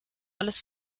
alles